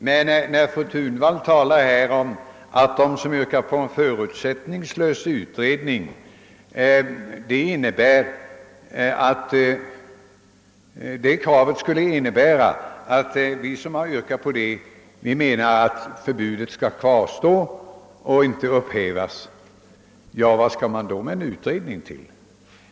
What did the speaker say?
Men när fru Thunvall säger att vårt krav på en förutsättningslös utredning innebär att vi menar att förbudet skall kvarstå och alltså inte upphävas måste jag fråga: Varför skulle i så fall en utredning göras?